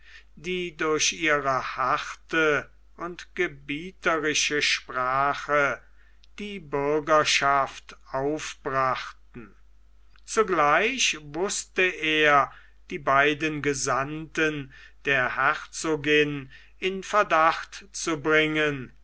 die durch ihre harte und gebieterische sprache die bürgerschaft aufbrachten zugleich wußte er die beiden gesandten der herzogin in verdacht zu bringen